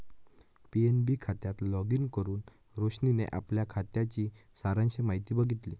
PNB खात्यात login करुन रोशनीने आपल्या खात्याची सारांश माहिती बघितली